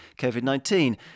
COVID-19